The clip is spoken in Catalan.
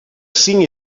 cinc